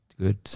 good